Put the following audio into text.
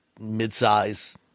midsize